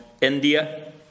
India